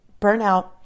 burnout